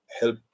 help